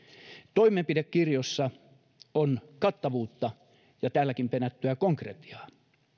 toimenpidekirjossa on kattavuutta ja täälläkin penättyä konkretiaa